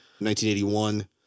1981